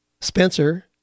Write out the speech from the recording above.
Spencer